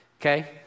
okay